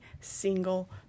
single